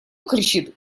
кричит